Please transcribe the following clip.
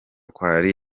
kwa